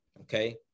Okay